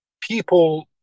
people